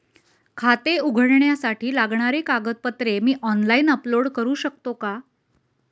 खाते उघडण्यासाठी लागणारी कागदपत्रे मी ऑनलाइन अपलोड करू शकतो का?